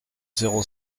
zéro